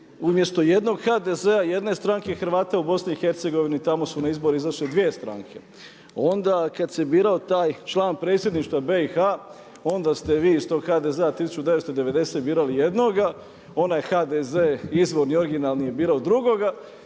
umjesto jednog HDZ-a i jedne stranke Hrvata u BiH tamo su na izbore izašle dvije stranke. Onda kad se birao taj član Predsjedništva BiH onda ste vi iz tog HDZ-a 1990. birali jednog, onaj HDZ izvorni i originalni je birao drugoga